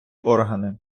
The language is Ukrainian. органи